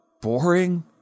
boring